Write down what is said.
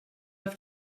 have